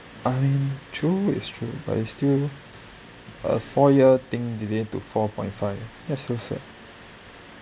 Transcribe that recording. I mean true it's true but it's still a four year thing delay to four point five that's so sad